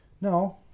No